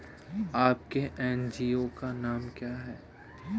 आपके एन.जी.ओ का नाम क्या है?